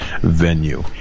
venue